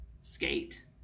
skate